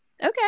Okay